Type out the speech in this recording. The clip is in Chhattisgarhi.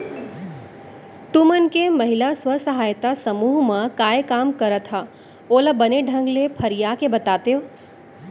तुमन के महिला स्व सहायता समूह म काय काम करत हा ओला बने ढंग ले फरिया के बतातेव?